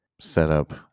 setup